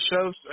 shows